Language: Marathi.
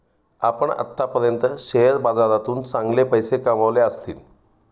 आपण आत्तापर्यंत शेअर बाजारातून चांगले पैसे कमावले असतील